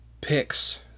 picks